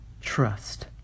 trust